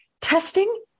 testing